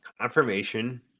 confirmation